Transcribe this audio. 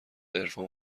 عرفان